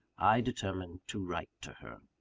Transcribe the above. i determined to write to her.